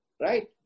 Right